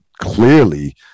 clearly